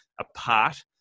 apart